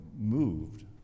Moved